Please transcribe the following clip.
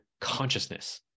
consciousness